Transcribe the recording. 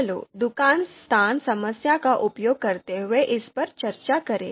चलो दुकान स्थान समस्या का उपयोग करते हुए इस पर चर्चा करें